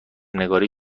نگاری